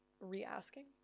re-asking